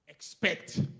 Expect